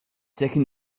taken